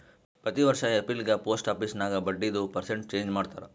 ಪ್ರತಿ ವರ್ಷ ಎಪ್ರಿಲ್ಗ ಪೋಸ್ಟ್ ಆಫೀಸ್ ನಾಗ್ ಬಡ್ಡಿದು ಪರ್ಸೆಂಟ್ ಚೇಂಜ್ ಮಾಡ್ತಾರ್